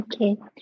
Okay